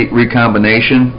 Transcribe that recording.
recombination